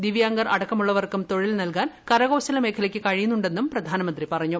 ദിവ്യാംഗർ അടക്കമുള്ളവർക്കും തൊഴിൽ നൽകാൻ കരകൌശല മേഖലയ്ക്കും കഴിയുന്നുണ്ടെന്നും പ്രധാനമന്ത്രി പറഞ്ഞു